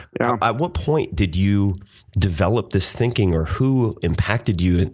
you know at what point did you develop this thinking, or who impacted you? and